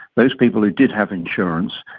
those people who did have insurance,